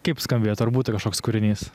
kaip skambėtų ar būtų kažkoks kūrinys